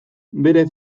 bere